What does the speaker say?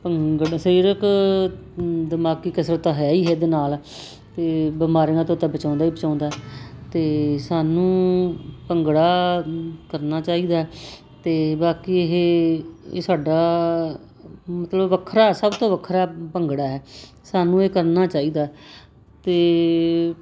ਭੰਗੜਾ ਸਰੀਰਿਕ ਦਿਮਾਗੀ ਕਸਰਤ ਤਾਂ ਹੈ ਹੀ ਇਹਦੇ ਨਾਲ ਅਤੇ ਬਿਮਾਰੀਆਂ ਤੋਂ ਤਾਂ ਬਚਾਉਂਦਾ ਹੀ ਬਚਾਉਂਦਾ ਹੈ ਅਤੇ ਸਾਨੂੰ ਭੰਗੜਾ ਕਰਨਾ ਚਾਹੀਦਾ ਅਤੇ ਬਾਕੀ ਇਹ ਇਹ ਸਾਡਾ ਮਤਲਬ ਵੱਖਰਾ ਸਭ ਤੋਂ ਵੱਖਰਾ ਭੰਗੜਾ ਹੈ ਸਾਨੂੰ ਇਹ ਕਰਨਾ ਚਾਹੀਦਾ ਅਤੇ